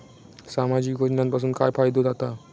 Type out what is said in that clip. सामाजिक योजनांपासून काय फायदो जाता?